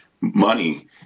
money